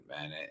man